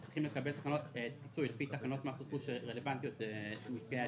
הם צריכים לקבל פיצוי לפי תקנות מס רכוש שרלוונטיות למקרי אלימות,